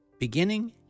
Beginning